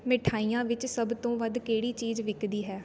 ਮਿਠਾਈਆਂ ਵਿਚ ਸਭ ਤੋਂ ਵੱਧ ਕਿਹੜੀ ਚੀਜ਼ ਵਿਕਦੀ ਹੈ